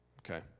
Okay